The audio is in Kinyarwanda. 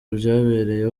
byabereye